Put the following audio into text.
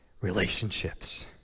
relationships